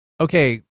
okay